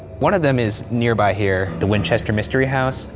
one of them is nearby here. the winchester mystery house.